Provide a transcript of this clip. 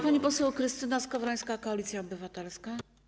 Pani poseł Krystyna Skowrońska, Koalicja Obywatelska.